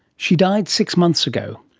she died six months ago.